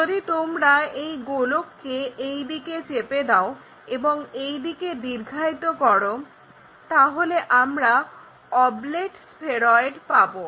যদি তোমরা এই গোলককে এই দিকে চেপে দাও এবং এইদিকে দীর্ঘায়িত করো তাহলে আমরা অবলেট স্ফেরয়েড পাবো